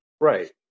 Right